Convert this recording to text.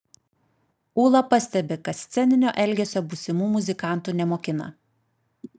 ūla pastebi kad sceninio elgesio būsimų muzikantų nemokina